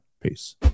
Peace